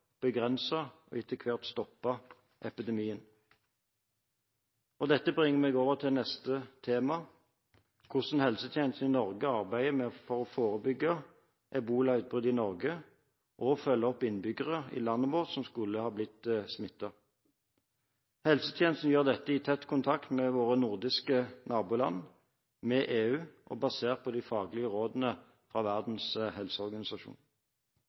og etter hvert stoppe epidemien. Dette bringer meg til neste tema: Hvordan helsetjenestene i Norge arbeider for å forebygge ebolautbrudd i Norge og følger opp innbyggere i landet vårt som skulle bli smittet. Helsetjenestene gjør dette i tett kontakt med våre nordiske naboland, med EU og basert på de faglige rådene fra Verdens helseorganisasjon.